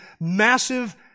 massive